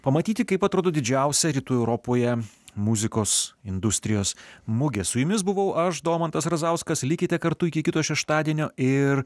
pamatyti kaip atrodo didžiausia rytų europoje muzikos industrijos mugė su jumis buvau aš domantas razauskas likite kartu iki kito šeštadienio ir